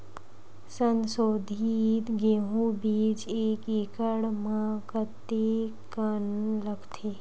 संसोधित गेहूं बीज एक एकड़ म कतेकन लगथे?